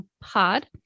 Pod